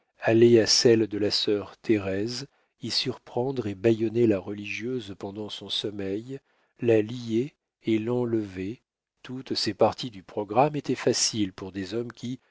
aller à celle de la sœur thérèse y surprendre et bâillonner la religieuse pendant son sommeil la lier et l'enlever toutes ces parties du programme étaient faciles pour des hommes qui